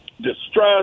distress